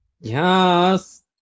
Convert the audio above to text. Yes